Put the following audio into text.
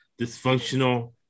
dysfunctional